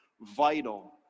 vital